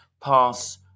pass